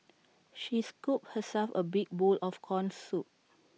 she scooped herself A big bowl of Corn Soup